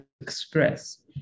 express